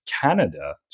Canada